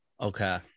Okay